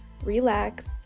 relax